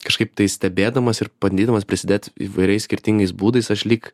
kažkaip tai stebėdamas ir bandydamas prisidėt įvairiais skirtingais būdais aš lyg